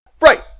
Right